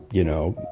you know,